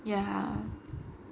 ya